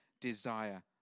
desire